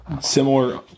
Similar